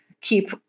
keep